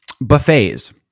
Buffets